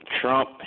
Trump